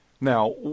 Now